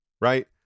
right